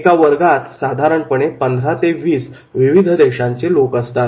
एका वर्गात साधारणपणे 15 ते 20 विविध देशांचे लोक असतात